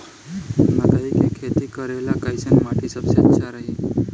मकई के खेती करेला कैसन माटी सबसे अच्छा रही?